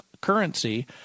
currency